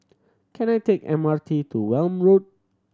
can I take M R T to Welm Road